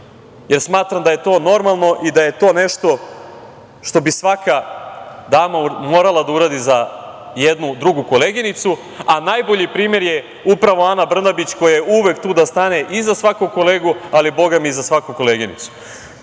jer smatram da je to normalno i da je to nešto što bi svaka dama morala da uradi za jednu drugu koleginicu. Najbolji primer je upravo Ana Brnabić koja je uvek tu da stane i za svakog kolegu, ali bogami i za svaku koleginicu. Što